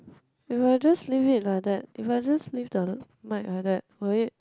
if I just leave it like that if I just leave the mic like that will it